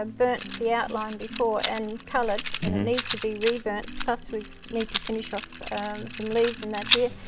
ah but yeah outline before, and colored and needs to be re-burnt. plus we need to finish off some leaves and that here,